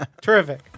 Terrific